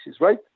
right